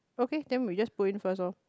okay then we just put in first lor